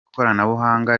koranabuhanga